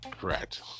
correct